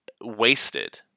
wasted